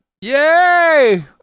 Yay